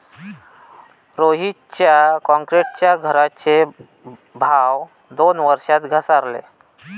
रोहितच्या क्रॉन्क्रीटच्या घराचे भाव दोन वर्षात घसारले